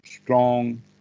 Strong